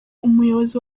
umuyobozi